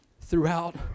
throughout